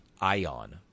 Ion